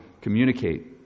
communicate